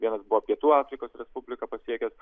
vienas buvo pietų afrikos respubliką pasiekęs